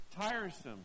tiresome